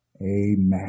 Amen